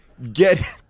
get